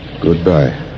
Goodbye